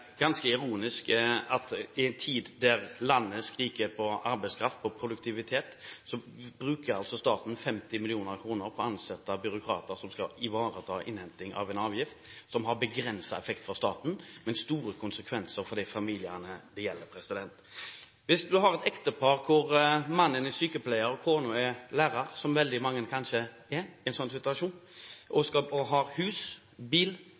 ganske ironisk at i en tid der landet skriker etter arbeidskraft, etter produktivitet, bruker altså staten 50 mill. kr på å ansette byråkrater som skal ivareta innhenting av en avgift som har begrenset effekt for staten, men store konsekvenser for de familiene det gjelder. Hvis du har et ektepar hvor mannen er sykepleier og kona er lærer, som veldig ofte kanskje er tilfellet i en slik situasjon, og de har hus, bil,